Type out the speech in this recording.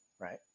right